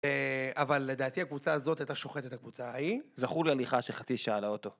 אבל לדעתי הקבוצה הזאת הייתה שוחטת את הקבוצה ההיא זכו להליכה של חצי שעה לאוטו